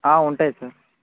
ఉంటాయి సార్